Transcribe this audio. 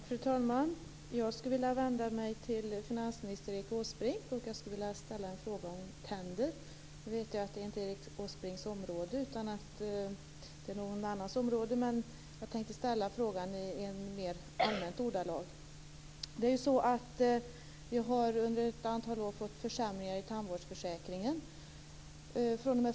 Fru talman! Jag skulle vilja vända mig till finansminister Erik Åsbrink. Jag skulle vilja ställa en fråga om tänder. Nu vet jag att tänder inte är Erik Åsbrinks område. Det är någon annans område. Men jag tänkte ställa frågan i mer allmänna ordalag. Under ett antal år har det skett försämringar i tandvårdsförsäkringen.